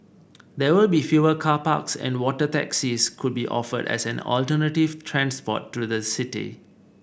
there will be fewer car parks and water taxis could be offered as an alternative transport to the city